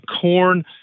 corn